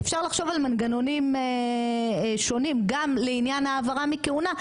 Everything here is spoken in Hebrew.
אפשר לחשוב על מנגנונים שונים גם לעניין העברה מכהונה,